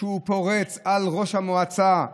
על ראש המועצה,